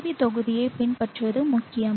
we தொகுதியைப் பின்பற்றுவது முக்கியம்